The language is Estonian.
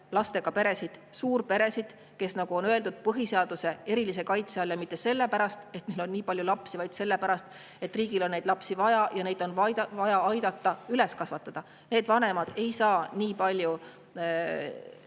lastega peresid, suurperesid, kes, nagu on öeldud, on põhiseaduse kohaselt erilise kaitse all. Ja mitte selle pärast, et neil on nii palju lapsi, vaid selle pärast, et riigil on neid lapsi vaja ja neid on vaja aidata üles kasvatada. Need vanemad ei saa pühendada